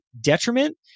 detriment